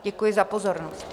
Děkuji za pozornost.